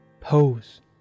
Pose